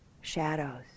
shadows